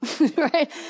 right